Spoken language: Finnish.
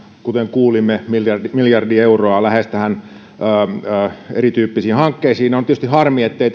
kuten kuulimme lähes miljardi euroa erityyppisiin hankkeisiin on tietysti harmi ettei